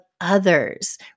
others